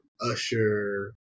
Usher